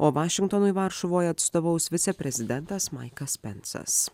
o vašingtonui varšuvoje atstovaus viceprezidentas maikas pensas